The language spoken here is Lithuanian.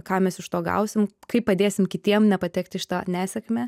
ką mes iš to gausim kaip padėsim kitiem nepatekti į šitą tą nesėkmę